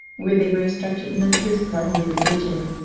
where they were instructed in the truths of our holy religion.